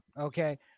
Okay